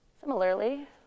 Similarly